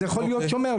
אז יכול להיות שומר,